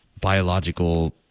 biological